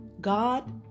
God